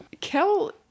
Kel